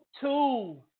two